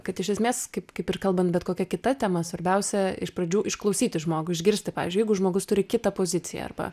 kad iš esmės kaip kaip ir kalbant bet kokia kita tema svarbiausia iš pradžių išklausyti žmogų išgirsti pavyzdžiui jeigu žmogus turi kitą poziciją arba